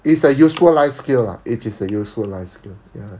it's a useful life skill lah it is a useful life skill